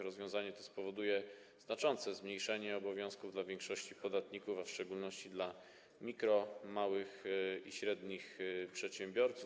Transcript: Rozwiązanie to spowoduje znaczące zmniejszenie obowiązków dla większości podatników, a w szczególności dla mikro-, małych i średnich przedsiębiorców.